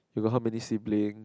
you got how many siblings